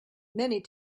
many